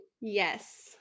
Yes